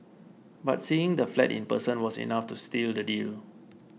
but seeing the flat in person was enough to steal the deal